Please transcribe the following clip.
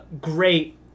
great